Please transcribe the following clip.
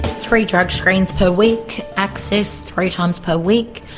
three drug screens per week, access three times per week,